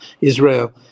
Israel